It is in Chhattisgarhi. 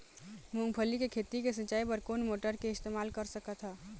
मूंगफली के खेती के सिचाई बर कोन मोटर के इस्तेमाल कर सकत ह?